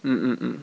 mm mm mm